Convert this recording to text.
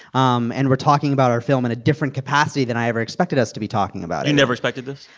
um and we're talking about our film in a different capacity than i ever expected us to be talking about it. you never expected this,